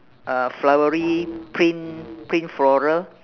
a flowery print print floral